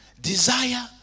Desire